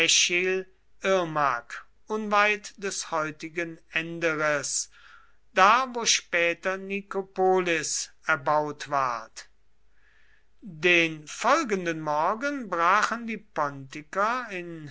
unweit des heutigen enderes da wo später nikopolis erbaut ward den folgenden morgen brachen die pontiker in